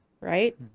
right